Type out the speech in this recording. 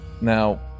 Now